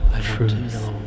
truth